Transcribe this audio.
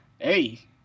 Hey